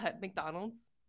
mcdonald's